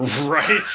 Right